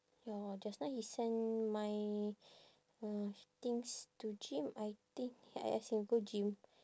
ya just now he send my uh things to gym I think I ask him go gym